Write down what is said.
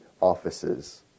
offices